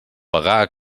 vagar